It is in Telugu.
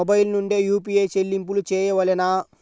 మొబైల్ నుండే యూ.పీ.ఐ చెల్లింపులు చేయవలెనా?